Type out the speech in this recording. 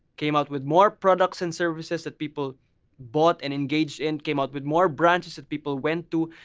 came out with more products and services that people bought and engaged and came out with more branches that people went to.